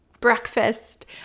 breakfast